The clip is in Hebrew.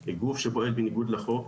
הוא גוף שפועל בניגוד לחוק.